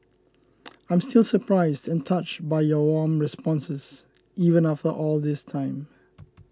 I'm still surprised and touched by your warm responses even after all this time